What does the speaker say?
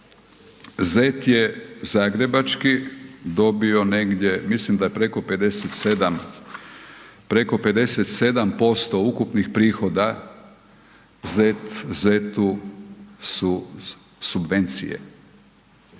Zet je zagrebački dobio negdje, mislim da je preko 57% ukupnih prihoda ZET-u su subvencije,